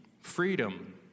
freedom